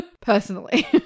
personally